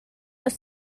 los